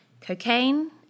cocaine